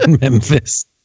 Memphis